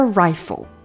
rifle